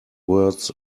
words